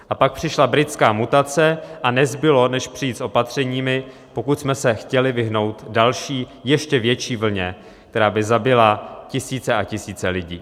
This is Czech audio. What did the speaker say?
A pak přišla britská mutace a nezbylo než přijít s opatřeními, pokud jsme s chtěli vyhnout další ještě větší vlně, která by zabila tisíce a tisíce lidí.